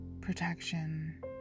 protection